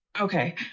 Okay